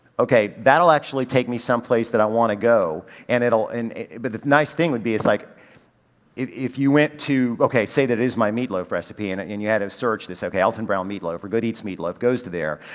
ok, that'll actually take me someplace that i wanna go and it'll, and it, but the nice thing would be is like if, if you went to, ok say that it is my meatloaf recipe and and you had to search this ok, alton brown meatloaf or good eats meatloaf, goes to there,